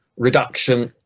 reduction